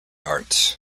arts